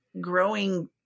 growing